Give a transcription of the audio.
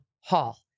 hall